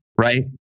Right